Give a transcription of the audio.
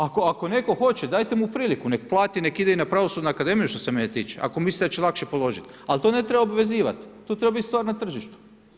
Ako netko hoće, dajte mu priliku, neka plati, neka ide i na Pravosudnu akademiju što se mene tiče, ako misli da će lakše položiti ali to ne treba obvezivati, to treba biti stvar na tržištu.